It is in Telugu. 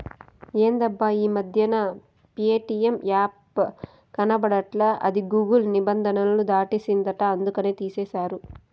ఎందబ్బా ఈ మధ్యన ప్యేటియం యాపే కనబడట్లా అది గూగుల్ నిబంధనలు దాటేసిందంట అందుకనే తీసేశారు